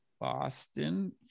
Boston